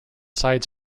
side